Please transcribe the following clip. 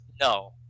No